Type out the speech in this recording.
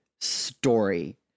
story